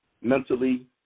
mentally